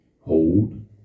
hold